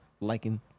liking